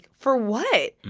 for what?